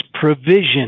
provision